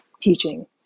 teaching